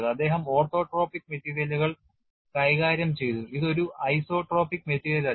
അദ്ദേഹം ഓർത്തോട്രോപിക് മെറ്റീരിയലുകൾ കൈകാര്യം ചെയ്തു ഇത് ഒരു ഐസോട്രോപിക് മെറ്റീരിയലല്ല